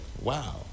wow